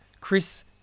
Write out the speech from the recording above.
Chris